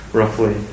roughly